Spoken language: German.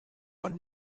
von